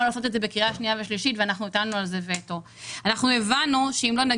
לעשות את זה בקריאה שנייה ושלישית ואנחנו הטלנו על זה וטו.